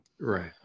Right